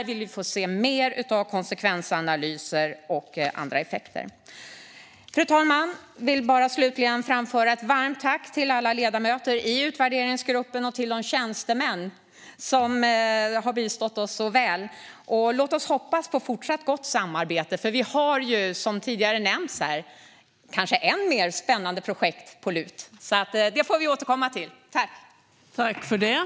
Vi vill se fler konsekvensanalyser och andra effekter. Fru talman! Jag vill slutligen framföra ett varmt tack till alla ledamöter i utvärderingsgruppen och till de tjänstemän som har bistått oss så väl. Låt oss hoppas på fortsatt gott samarbete! Som tidigare nämnts har vi ännu mer spännande projekt som väntar. Vi får återkomma till det.